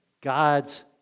God's